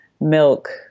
milk